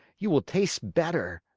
you will taste better.